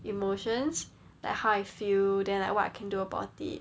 emotions like how I feel then like what I can do about it